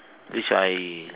which I